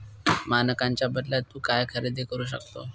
मानकांच्या बदल्यात तू काय खरेदी करू शकतो?